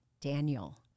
Daniel